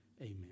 amen